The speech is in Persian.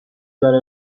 برای